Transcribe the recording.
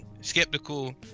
skeptical